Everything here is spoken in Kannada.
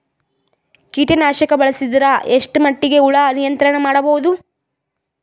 ಕೀಟನಾಶಕ ಬಳಸಿದರ ಎಷ್ಟ ಮಟ್ಟಿಗೆ ಹುಳ ನಿಯಂತ್ರಣ ಮಾಡಬಹುದು?